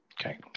Okay